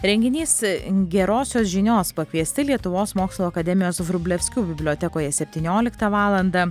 renginys gerosios žinios pakviesti lietuvos mokslų akademijos vrublevskių bibliotekoje septynioliktą valandą